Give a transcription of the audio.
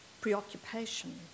preoccupation